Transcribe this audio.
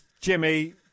Jimmy